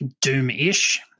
doom-ish